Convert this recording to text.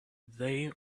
they